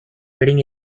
reading